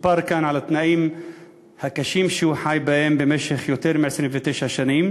סופר כאן על התנאים הקשים שהוא חי בהם במשך יותר מ-29 שנים.